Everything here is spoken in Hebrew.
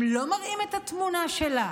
הם לא מראים את התמונה שלה